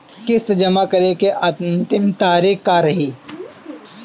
किस्त जमा करे के अंतिम तारीख का रही?